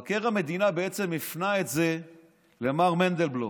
מבקר המדינה בעצם הפנה את זה למר מנדלבלוף,